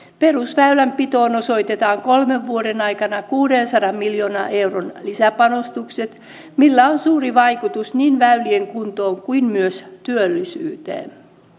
perusväylänpitoon osoitetaan kolmen vuoden aikana kuudensadan miljoonan euron lisäpanostukset millä on suuri vaikutus niin väylien kuntoon kuin myös työllisyyteen